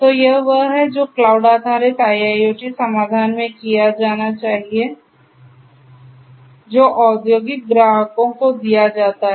तो यह वह है जो क्लाउड आधारित IIoT समाधान में किया जाना चाहिए जो औद्योगिक ग्राहकों को दिया जाता है